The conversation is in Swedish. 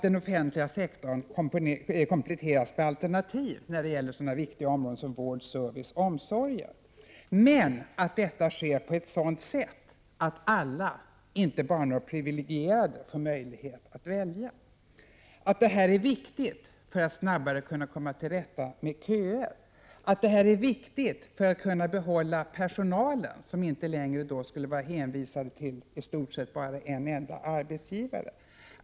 Den offentliga sektorn bör kompletteras med alternativ när det gäller sådana viktiga områden som vård, service och omsorg. Men detta skall ske på ett sådant sätt att alla, inte bara några privilegierade, får möjlighet att välja. Detta är viktigt. För att snabbare komma till rätta med köer. Det är viktigt för att kunna behålla personalen, som då inte längre skulle vara hänvisad till i stort sett en enda arbetsgivare.